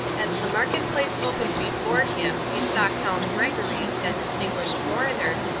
as the market-place opened before him he saw count gregory, that distinguished foreigner,